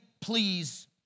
please